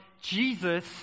Jesus